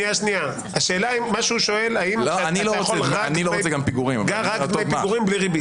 הוא שואל אם אתה יכול רק דמי פיגורים בלי ריבית.